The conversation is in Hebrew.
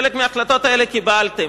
חלק מההחלטות האלה קיבלתם.